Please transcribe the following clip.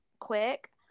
quick